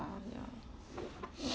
ya